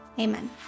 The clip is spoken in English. amen